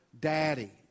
Daddy